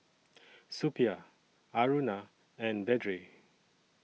Suppiah Aruna and Vedre